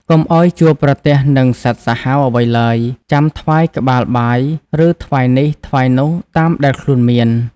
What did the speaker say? កុំឲ្យជួបប្រទះនឹងសត្វសាហាវអ្វីឡើយ ចាំថ្វាយក្បាលបាយ ឬថ្វាយនេះ ថ្វាយនោះតាមដែលខ្លួនមាន ។